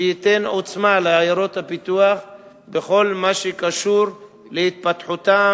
שייתן עוצמה לעיירות הפיתוח בכל מה שקשור להתפתחותן,